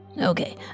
Okay